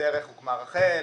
בדרך הוקמה רח"ל,